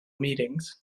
meetings